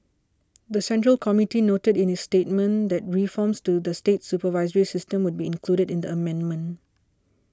the Central Committee noted in its statement that reforms to the state supervisory system would be included in the amendment